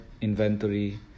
inventory